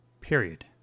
Period